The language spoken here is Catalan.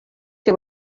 que